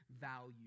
value